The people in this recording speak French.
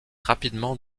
rapidement